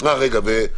לפני כן,